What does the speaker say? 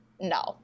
no